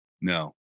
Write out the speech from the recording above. No